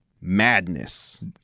madness